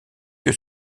que